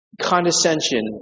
Condescension